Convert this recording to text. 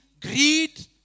greed